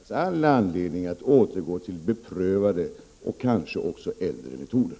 Herr talman! Ibland kan det finnas all anledning att återgå till beprövade och kanske också äldre metoder.